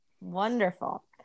wonderful